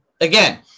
Again